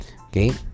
Okay